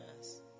yes